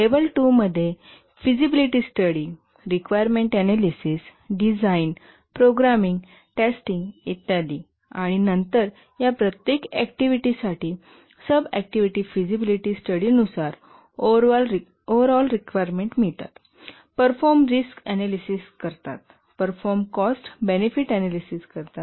level 2 मध्ये feasibility study requirement analysis design programming testing इत्यादि आणि नंतर या प्रत्येक ऍक्टिव्हिटीसाठी सब ऍक्टिव्हिटी फिंझिबिलिटी स्टडीनुसार ओव्हरऑल रिक्वायरमेंट मिळतात परफॉर्म रिस्क अनालिसिस करतात परफॉर्म कॉस्ट बेनिफिट अनालिसिस करतात